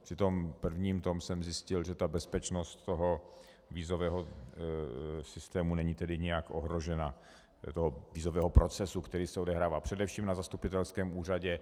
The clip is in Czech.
Při tom prvním tom jsem zjistil, že bezpečnost vízového systému není nijak ohrožena, toho vízového procesu, který se odehrává především na zastupitelském úřadě.